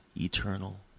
eternal